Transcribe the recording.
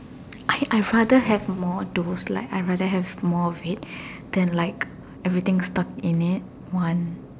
I I rather have more dose like I rather have more of it then like everything stuck in it one